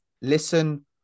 listen